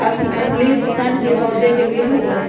अलसी सन के पौधे के बीज होबा हई